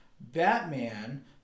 Batman